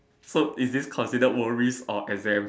so is this considered worries or exams